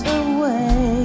away